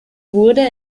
wurde